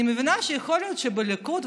אני מבינה שיכול להיות שבליכוד,